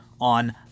on